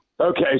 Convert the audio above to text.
Okay